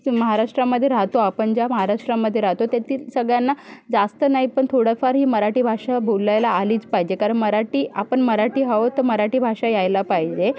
महाराष्ट्रामध्ये राहतो आपण ज्या महाराष्ट्रामध्ये राहतो तेथील सगळ्यांना जास्त नाही पण थोडंफार ही मराठी भाषा बोलायला आलीच पाहिजे कारण मराठी आपण मराठी आहोत तर मराठी भाषा यायला पाहिजे